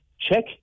check